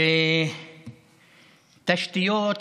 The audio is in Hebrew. ותשתיות